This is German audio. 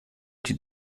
die